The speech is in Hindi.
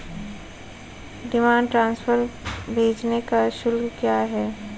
डिमांड ड्राफ्ट भेजने का शुल्क क्या है?